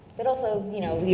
but also, you know,